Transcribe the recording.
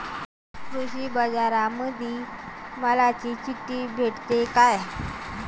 कृषीबाजारामंदी मालाची चिट्ठी भेटते काय?